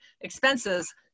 expenses